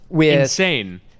Insane